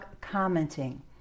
commenting